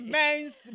men's